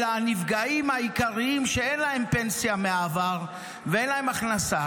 אלא הנפגעים העיקריים שאין להם פנסיה מהעבר ואין להם הכנסה.